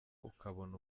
ukabona